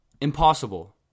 impossible